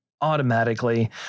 automatically